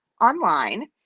online